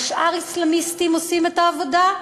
או שאר אסלאמיסטים עושים את העבודה,